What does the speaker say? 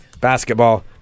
Basketball